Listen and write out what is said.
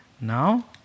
Now